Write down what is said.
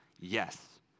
Yes